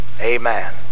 Amen